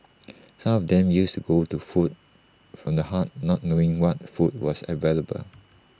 some of them used to go to food from the heart not knowing what food was available